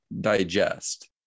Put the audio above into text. digest